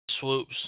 Swoops